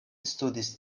studis